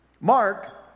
Mark